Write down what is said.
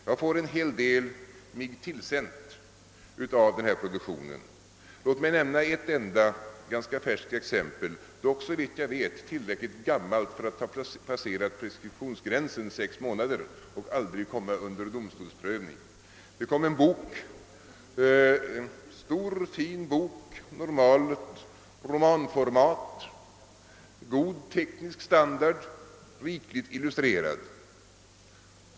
Jag får mig tillsänt en hel del av denna produktion, och jag vill anföra ett enda ganska färskt exempel, dock såvitt jag vet tillräckligt gammalt för att ha passerat preskriptionsgränsen sex månader och aldrig komma under domstolsprövning. Det gäller en bok — en stor och fin bok, normalt romanformat, god teknisk standard, rikt illustrerad.